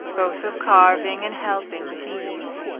both of carving and helping with ease.